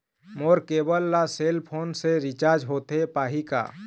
मोर cable ला cell phone से recharge होथे पाही का?